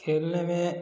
खेलने में